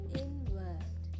inward